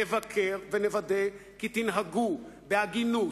נבקר ונוודא כי תנהגו בהגינות,